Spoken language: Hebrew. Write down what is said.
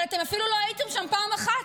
אבל אתם אפילו לא הייתם שם פעם אחת.